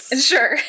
Sure